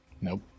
nope